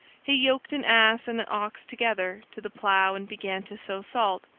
he yoked an ass and an ox together to the plough and began to sow salt.